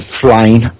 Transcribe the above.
flying